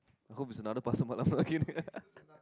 I hope it's another pasar malam